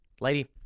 Lady